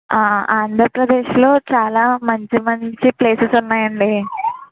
ఆంధ్రప్రదేశ్లో చాలా మంచి మంచి ప్లేసెస్ ఉన్నాయండి